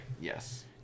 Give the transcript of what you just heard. yes